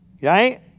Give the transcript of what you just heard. Right